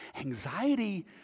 anxiety